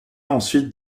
ensuite